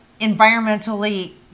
environmentally